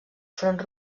front